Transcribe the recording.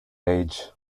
age